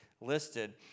listed